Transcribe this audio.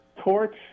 torch